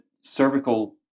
cervical